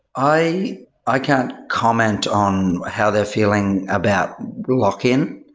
i i can't comment on how they're feeling about lock-in.